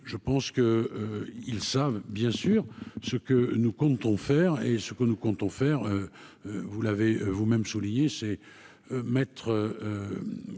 je pense que, ils savent bien sûr ce que nous comptons faire et ce que nous comptons faire, vous l'avez vous-même souligné, c'est mettre,